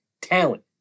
talent